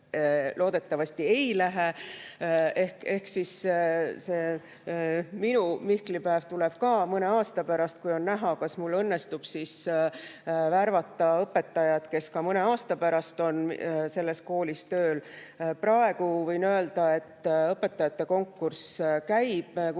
loodetavasti ei lähe. Minu mihklipäev tuleb mõne aasta pärast, kui on näha, kas mul õnnestub värvata õpetajad, kes ka mõne aasta pärast on selles koolis tööl. Praegu võin öelda, et õpetajate konkurss käib.